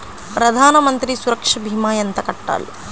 ప్రధాన మంత్రి సురక్ష భీమా ఎంత కట్టాలి?